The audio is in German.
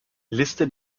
liste